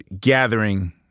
gathering